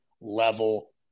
level